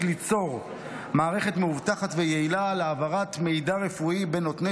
ליצור מערכת מאובטחת ויעילה להעברת מידע רפואי בין נותני